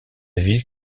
ville